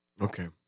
Okay